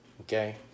okay